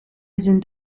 sind